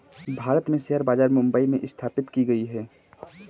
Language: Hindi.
भारत में शेयर बाजार मुम्बई में स्थापित की गयी है